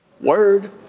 word